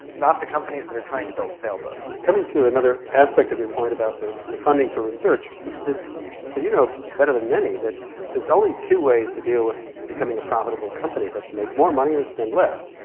not the companies that are trying to build sail boats. coming to another aspect of your point about the the funding for research as but you know better than many that there's only two ways to deal with becoming a profitable company, that's make more money or spend less.